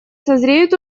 созреют